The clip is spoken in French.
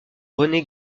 rené